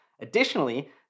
Additionally